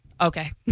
okay